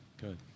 good